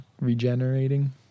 regenerating